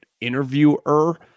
interviewer